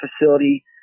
facility